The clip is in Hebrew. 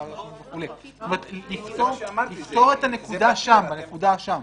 זאת אומרת לפתור את הנקודה שם.